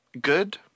good